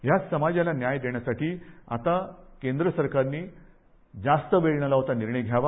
या समाजाला न्याय देण्यासाठी आता केंद्र सरकारनी जास्त वेळ न लावता निर्णय घ्यावा